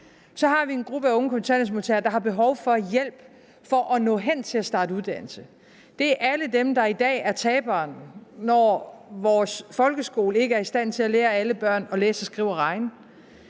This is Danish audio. Så har vi en gruppe af unge kontanthjælpsmodtagere, der har behov for hjælp for at nå hen til at starte på uddannelse. Det er alle dem, der i dag er taberne, når vores folkeskole ikke er i stand til at lære alle børn at læse og skrive og regne.